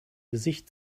gesicht